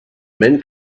men